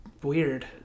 weird